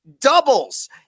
doubles